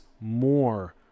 more